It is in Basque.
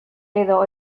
edo